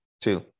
two